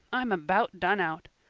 i'm about done out.